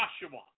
Joshua